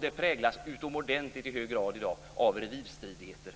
Det präglas i dag också i utomordentligt hög grad av olika slags revirstridigheter.